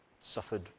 suffered